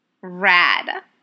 Rad